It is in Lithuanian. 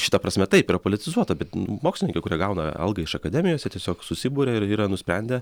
šita prasme taip yra politizuota bet mokslininkai kurie gauna algą iš akademijos jie tiesiog susiburia ir yra nusprendę